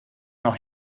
noch